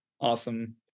awesome